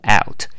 out